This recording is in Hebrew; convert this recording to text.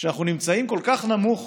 שאנחנו נמצאים כל כך נמוך